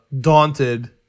daunted